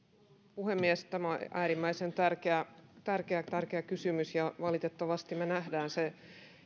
puhemies tämä on äärimmäisen tärkeä tärkeä tärkeä kysymys valitettavasti me näemme sen